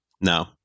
no